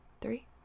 Three